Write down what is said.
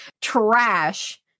trash